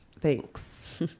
Thanks